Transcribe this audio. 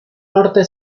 norte